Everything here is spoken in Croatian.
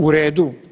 U redu?